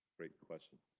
great question.